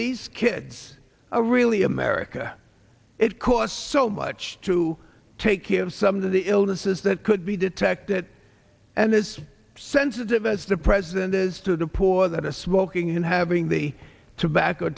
these kids are really america it costs so much to take care of some of the illnesses that could be detected and this sensitive as the president is to the poor that is smoking and having the tobacco